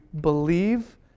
believe